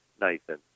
Nathan